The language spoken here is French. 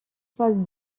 face